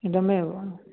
इदमेव वा